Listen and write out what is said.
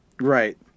Right